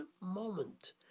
moment